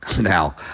Now